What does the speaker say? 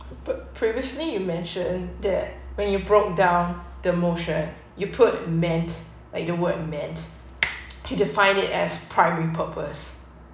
pre~ previously you mentioned that when you broke down the motion you put meant like the word meant you defined it as primary purpose